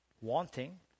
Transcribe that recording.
wanting